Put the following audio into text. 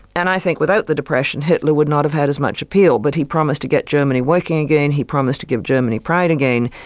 and i think without the depression, hitler would not have had as much appeal. but he promised to get germany working again, he promised to give germany pride again,